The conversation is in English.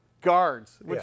guards